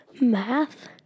Math